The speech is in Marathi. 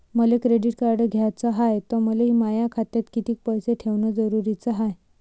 मले क्रेडिट कार्ड घ्याचं हाय, त मले माया खात्यात कितीक पैसे ठेवणं जरुरीच हाय?